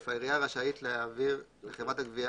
330יט. העירייה רשאית להעביר לחברת הגבייה